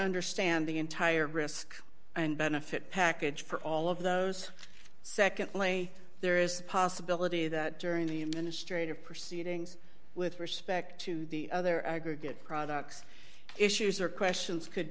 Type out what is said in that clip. understand the entire risk and benefit package for all of those secondly there is a possibility that during the ministre to proceed with respect to the other aggregate products issues or questions could